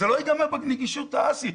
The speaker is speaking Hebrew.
זה לא ייגמר בנגישות להאסי.